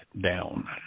down